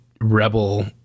rebel